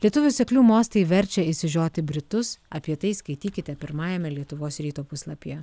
lietuvių seklių mostai verčia išsižioti britus apie tai skaitykite pirmajame lietuvos ryto puslapyje